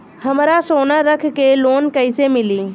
हमरा सोना रख के लोन कईसे मिली?